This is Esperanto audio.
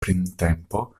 printempo